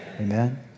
Amen